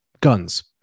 guns